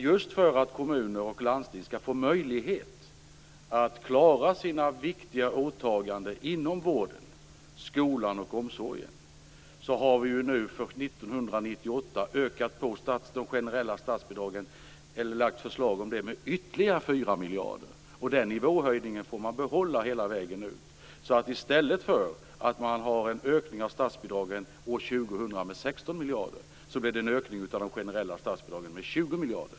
Just för att kommuner och landsting skall få möjlighet att klara sina viktiga åtaganden inom vården, skolan och omsorgen har vi för 1998 föreslagit att de generella statsbidragen skall öka med ytterligare 4 miljoner, och den nivåhöjningen får man att behålla. I stället för en ökning av statsbidragen år 2000 med 16 miljarder, blir det en ökning av de generella statsbidragen med 20 miljarder.